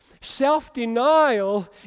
Self-denial